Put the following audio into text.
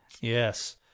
Yes